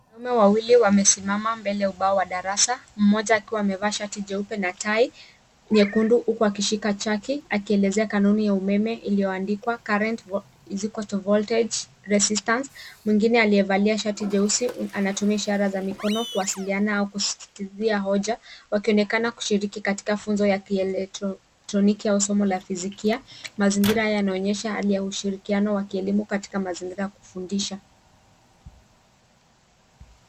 Wanaume wawili wamesimama mbele ya ubao wa darasa, mmoja akiwa amevaa shati jeupe na tai nyekundu huku akiwa akishika chaki akielezea kanuni ya umeme iliyoandikwa[ cs] current =voltage resistance . Mwingine aliyevalia shati jeusi anatumia ishara za mikono kuwasiliana au kusisitizia hoja, wakionekana kushikiriki katika funzo ya kieletroniki au somo la fisikia. Mazingira yanaonyesha hali ya ushirikiano wa kielimu katika mazingira ya kufundisha.